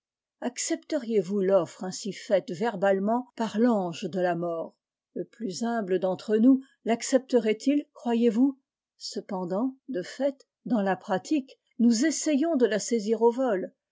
accepteriez vous l'offre ainsi faite verbalement par l'ange de la mort le plus humble d'entre nous l'accepteraitil croyez-vous cependant defait danslapratique nous essayons de la saisir au vol